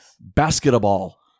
Basketball